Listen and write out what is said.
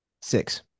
six